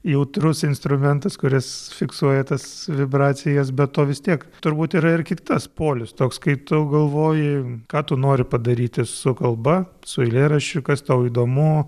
jautrus instrumentas kuris fiksuoja tas vibracijas be to vis tiek turbūt yra ir kitas polius toks kai tu galvoji ką tu nori padaryti su kalba su eilėraščiu kas tau įdomu